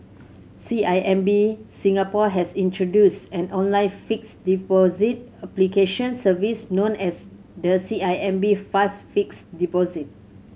C I M B Singapore has introduced an online fixed deposit application service known as the C I M B Fast Fixed Deposit